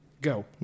go